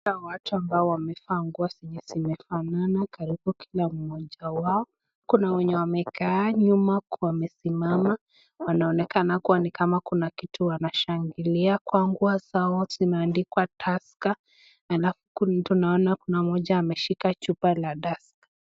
Kuna watu ambao wamevaa nguo zenye zimefanana karibu kila mmoja wao. Kuna wenye wamekaa, nyuma kwao wamesimama. Wanaonekana kuwa ni kama kuna kitu wanashangilia. Kwa nguo zao zimeandikwa tusker. Alafu tunaona kuna mmoja ameshika chupa la tusker.